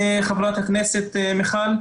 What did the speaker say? ח"כ מיכל,